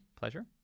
Pleasure